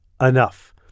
enough